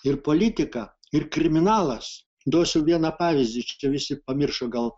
ir politika ir kriminalas duosiu vieną pavyzdį čia visi pamiršo gal